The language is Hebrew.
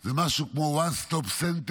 זה משהו כמו One Stop Center,